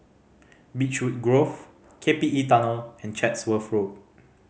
Beechwood Grove K P E Tunnel and Chatsworth Road